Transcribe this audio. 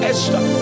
Esther